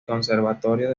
conservatorio